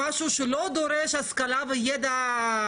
משהו שלא דורש השכלה וידע.